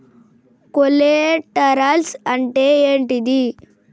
Collaterals అంటే ఏంటిది?